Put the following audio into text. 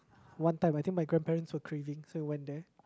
one time I think my grandparents were craving so we went there